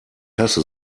hasse